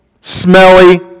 smelly